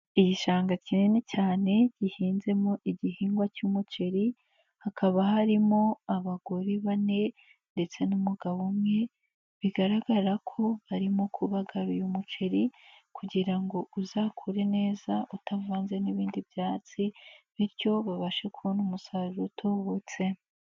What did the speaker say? Igishanga kinini cyane gihinzemo igihingwa cy'umuceri, hakaba harimo abagore bane ndetse n'umugabo umwe bigaragara ko barimo kubagara uyu muceri kugira ngo uzakure neza utavanze n'ibindi byatsi bityo babashe kubona umusaruro utubutse.